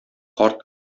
карт